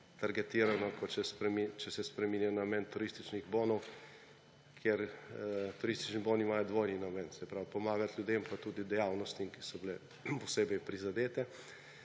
targetirano, kot če se spreminja namen turističnih bonov, ker turistični boni imajo dvojni namen − pomagati ljudem pa tudi dejavnostim, ki so bile posebej prizadete.